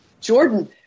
Jordan